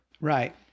Right